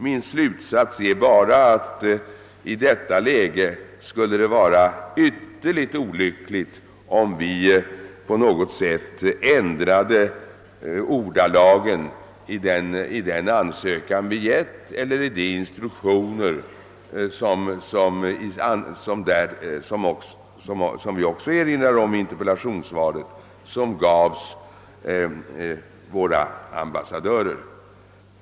Min slutsats är bara att det i detta läge skulle vara ytterst olyckligt om vi på något sätt ändrade ordalagen i den ansökan vi ingivit eller i de instruktioner som vi — vilket jag erinrat om i interpellationssvaret — givit våra ambassadörer.